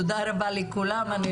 תודה רבה לכולם, אני